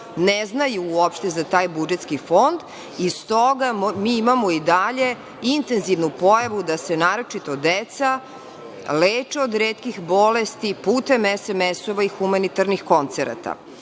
ne znaju uopšte za taj budžetski fond i stoga mi imamo i dalje intenzivnu pojavu da se naročito deca leče od retkih bolesti putem SMS-ova i humanitarnih koncerata. Stoga,